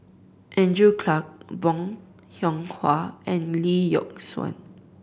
Andrew Clarke Bong Hiong Hwa and Lee Yock Suan